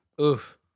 Oof